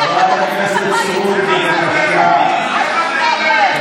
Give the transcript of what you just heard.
חברת הכנסת סטרוק, החוצה.